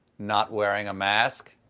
not wearing a mask.